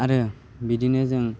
आरो बिदिनो जों